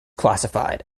classified